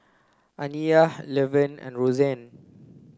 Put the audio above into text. Aniyah Levern and Rozanne